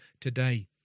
today